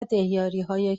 دهیاریهای